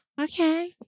Okay